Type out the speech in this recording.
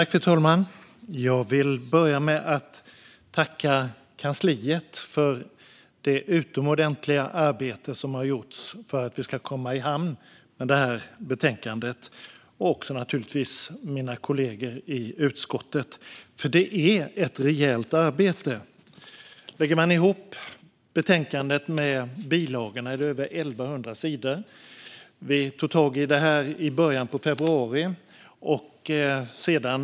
Fru talman! Jag vill börja med att tacka kansliet för det utomordentliga arbete som har gjorts för att vi skulle komma i hamn med det här betänkandet, liksom naturligtvis mina kollegor i utskottet. Detta är ett rejält arbete. Lägger man ihop betänkandet och bilagorna är det över 1 100 sidor. Vi tog tag i detta i början av februari.